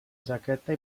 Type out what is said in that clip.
jaqueta